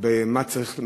רק במה צריך,